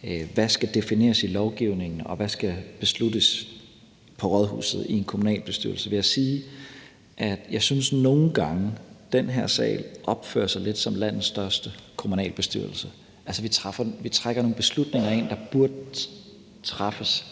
hvad der skal defineres i lovgivningen, og hvad der skal besluttes i en kommunalbestyrelse på rådhuset, vil jeg sige, at jeg nogle gange synges, at man i den her sal opfører sig lidt som landets største kommunalbestyrelse. Altså, vi trækker nogle beslutninger herind, som burde træffes